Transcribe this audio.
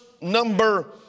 number